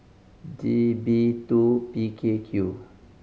G B two P K Q